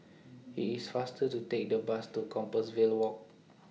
IT IS faster to Take The Bus to Compassvale Walk